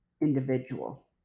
individual